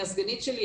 היא הסגנית שלי,